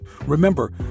Remember